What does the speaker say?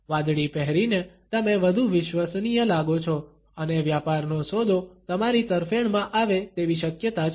વાદળી પહેરીને તમે વધુ વિશ્વસનીય લાગો છે અને વ્યાપારનો સોદો તમારી તરફેણમાં આવે તેવી શક્યતા છે